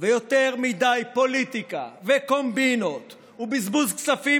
ויותר מדי פוליטיקה וקומבינות ובזבוז כספים